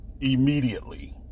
immediately